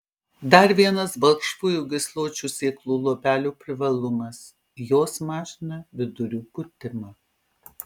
dar vienas balkšvųjų gysločių sėklų luobelių privalumas jos mažina vidurių pūtimą